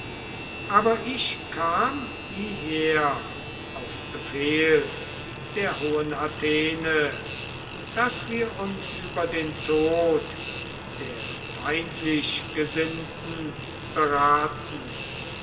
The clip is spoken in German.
aber ich kam hieher auf befehl der hohen athene daß wir uns über den tod der feindlichgesinnten beraten